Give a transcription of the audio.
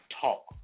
talk